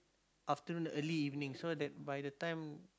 afternoon early evening so that by the time